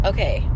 Okay